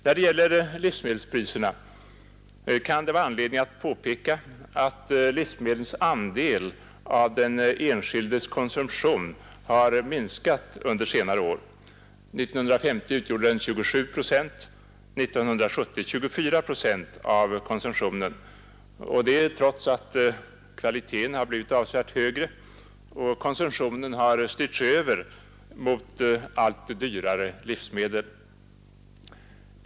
När det gäller livsmedelspriserna kan det vara anledning påpeka att livsmedlens andel av den enskildes konsumtion har minskat under senare år. 1950 utgjorde den 27 procent, 1970 24 procent av konsumtionen och det trots att kvaliteten har blivit avsevärt högre och konsumtionen har styrts över mot allt dyrare livsmedel.